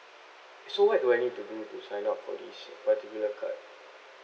so what do I need to do to sign up for this particular card